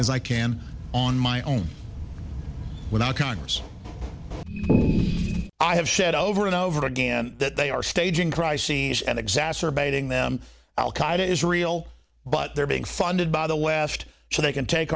as i can on my own without congress i have said over and over again that they are staging crises and exacerbating them al qaeda is real but they are being funded by the west so they can take